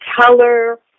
color